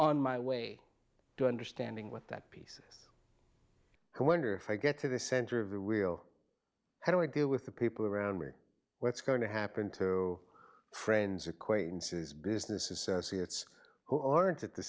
on my way to understanding with that piece and wonder if i get to the center of the real how do i deal with the people around me or what's going to happen to friends acquaintances business associates who aren't at the